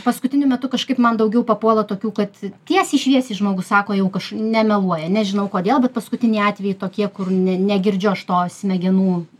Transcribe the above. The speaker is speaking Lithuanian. paskutiniu metu kažkaip man daugiau papuola tokių kad tiesiai šviesiai žmogus sako jau kaž nemeluoja nežinau kodėl bet paskutiniai atvejai tokie kur ne negirdžiu aš to smegenų